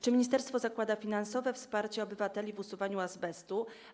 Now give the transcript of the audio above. Czy ministerstwo zakłada finansowe wsparcie obywateli w zakresie usuwania azbestu?